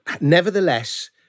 Nevertheless